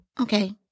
okay